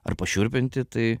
ar pašiurpinti tai